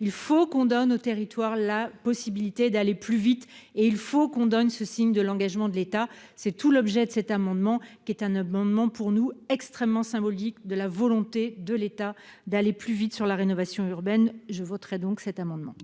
il faut qu'on donne aux territoires, la possibilité d'aller plus vite et il faut qu'on donne ce signe de l'engagement de l'État, c'est tout l'objet de cet amendement, qui est un amendement pour nous extrêmement symbolique de la volonté de l'état d'aller plus vite sur la rénovation urbaine, je voterai donc cet amendement.